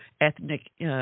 ethnic